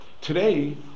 Today